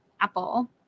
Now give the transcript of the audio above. Apple